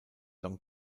don